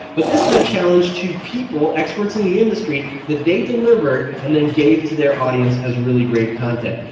but this is a challenge to people, experts in the industry that they delivered and then gave to their audience as really great content.